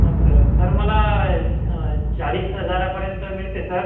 हा sir sir मला चा चाळीस हजारापर्यंत मिळते सर